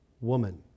woman